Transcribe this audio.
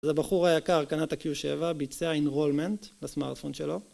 אז הבחור היקר קנה ה-Q7, ביצע אינרולמנט לסמארטפון שלו